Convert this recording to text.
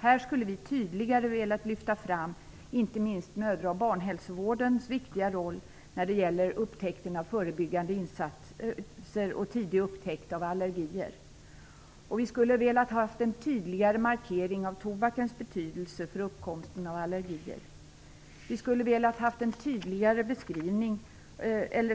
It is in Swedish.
Här skulle vi tydligare velat lyfta fram inte minst mödra och barnhälsovårdens viktiga roll när det gäller förebyggande insatser och tidig upptäckt av allergier. Vi skulle velat ha en tydligare markering av tobakens betydelse för uppkomsten av allergier. Vi skulle velat ha en tydligare